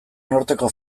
norteko